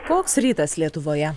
labas rytas koks rytas lietuvoje